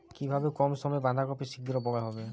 কিভাবে কম সময়ে বাঁধাকপি শিঘ্র বড় হবে?